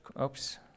oops